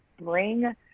bring